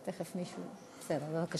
אני שואל, מה הקשר